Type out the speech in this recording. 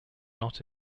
not